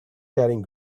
carrying